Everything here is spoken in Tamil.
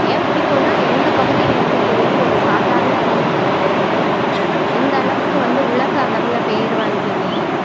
ஏன் பிடிக்கும்னா எங்கள் பகுதியில் இருந்து போய் ஒரு சாதாரண குடும்பத்தில் பிறந்து இந்த அளவுக்கு வந்து உலக அளவில் பேர் வாங்கி